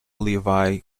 levy